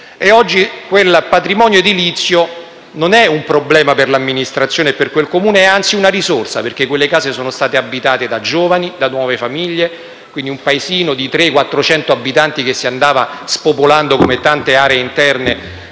Oggi, quel patrimonio edilizio non è un problema per l'amministrazione e per il Comune, ma è anzi una risorsa. Quelle case infatti sono state abitate da giovani e da nuove famiglie e quindi un paesino di 300 o 400 abitanti, che si andava spopolando, come tante aree interne